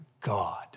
God